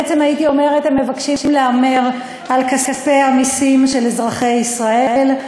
הייתי אומרת שהם מבקשים להמר על כספי המסים של אזרחי ישראל.